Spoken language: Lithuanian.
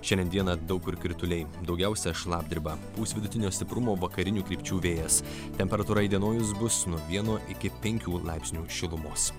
šiandien dieną daug kur krituliai daugiausia šlapdriba pūs vidutinio stiprumo vakarinių krypčių vėjas temperatūra įdienojus bus nuo vieno iki penkių laipsnių šilumos